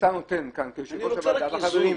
מה שחשוב ליושב ראש הוועדה ולנו זה האיזון.